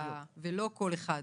ולא כל אחד?